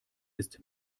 ist